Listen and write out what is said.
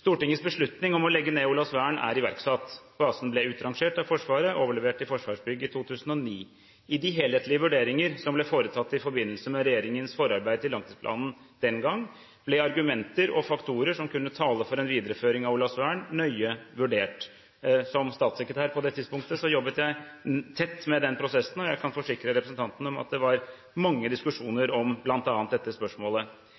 Stortingets beslutning om å legge ned Olavsvern er iverksatt. Basen ble utrangert av Forsvaret og overlevert til Forsvarsbygg i 2009. I de helhetlige vurderinger som ble foretatt i forbindelse med regjeringens forarbeid til langtidsplanen den gangen, ble argumenter og faktorer som kunne tale for en videreføring av Olavsvern, nøye vurdert. Som statssekretær på det tidspunktet jobbet jeg tett med den prosessen, og jeg kan forsikre representanten om at det var mange diskusjoner om bl.a. dette spørsmålet.